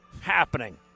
happening